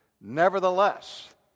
Nevertheless